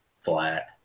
flat